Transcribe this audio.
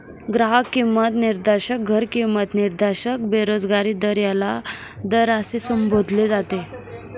ग्राहक किंमत निर्देशांक, घर किंमत निर्देशांक, बेरोजगारी दर याला दर असे संबोधले जाते